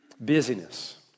busyness